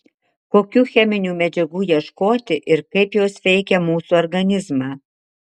kokių cheminių medžiagų ieškoti ir kaip jos veikia mūsų organizmą